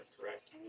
correct